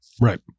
Right